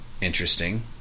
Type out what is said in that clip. interesting